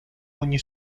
ogni